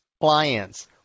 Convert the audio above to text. clients